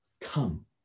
come